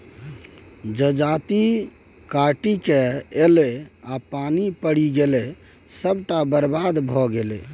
जजाति कटिकए ऐलै आ पानि पड़ि गेलै सभटा बरबाद भए गेलै